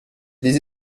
les